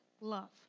love